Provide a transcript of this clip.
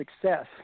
success